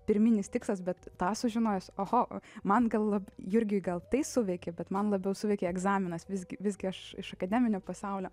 pirminis tikslas bet tą sužinojus oho man gal lab jurgiui gal tai suveikė bet man labiau suveikė egzaminas visgi visgi aš iš akademinio pasaulio